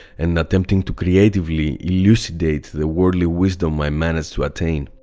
and attempting to creatively elucidate the worldly wisdom i managed to attain.